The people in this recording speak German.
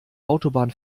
autobahn